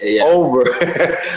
over